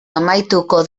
amaituko